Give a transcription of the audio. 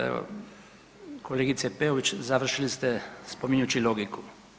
Evo kolegice Peović završili ste spominjući logiku.